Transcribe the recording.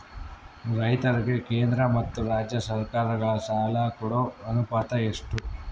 ರೈತರಿಗೆ ಕೇಂದ್ರ ಮತ್ತು ರಾಜ್ಯ ಸರಕಾರಗಳ ಸಾಲ ಕೊಡೋ ಅನುಪಾತ ಎಷ್ಟು?